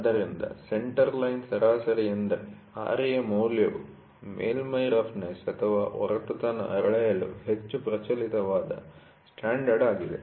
ಆದ್ದರಿಂದ centre line ಸರಾಸರಿ ಎಂದರೆ Ra ಮೌಲ್ಯವು ಮೇಲ್ಮೈ ರಫ್ನೆಸ್ಒರಟುತನ ಅಳೆಯಲು ಹೆಚ್ಚು ಪ್ರಚಲಿತವಾದ ಸ್ಟ್ಯಾಂಡರ್ಡ್ ಆಗಿದೆ